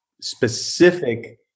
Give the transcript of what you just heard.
specific